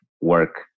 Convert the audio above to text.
work